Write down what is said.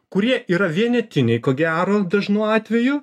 kurie yra vienetiniai ko gero dažnu atveju